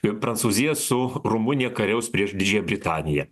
prancūzija su rumunija kariaus prieš didžiąją britaniją